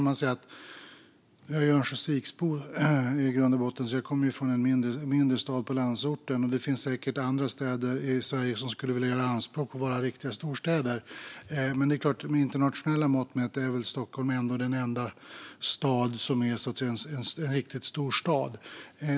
Jag är Örnsköldsviksbo i grund och botten och kommer alltså från en mindre stad i landsorten. Det finns säkert andra städer i Sverige som vill göra anspråk på att vara riktiga storstäder, men med internationella mått mätt är nog Stockholm den enda stad i Sverige som kan kallas riktigt stor.